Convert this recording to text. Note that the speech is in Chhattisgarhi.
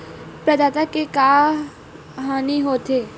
प्रदाता के का हानि हो थे?